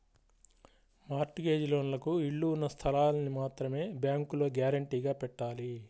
mart gauge లోన్లకు ఇళ్ళు ఉన్న స్థలాల్ని మాత్రమే బ్యేంకులో గ్యారంటీగా పెట్టాలి